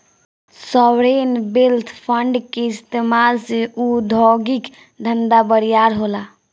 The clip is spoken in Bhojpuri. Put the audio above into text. सॉवरेन वेल्थ फंड के इस्तमाल से उद्योगिक धंधा बरियार होला